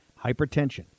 Hypertension